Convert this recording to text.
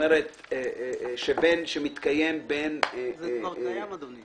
--- זה כבר קיים, אדוני.